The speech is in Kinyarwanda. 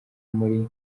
muri